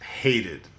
hated